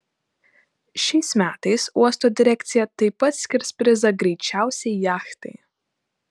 šiais metais uosto direkcija taip pat skirs prizą greičiausiai jachtai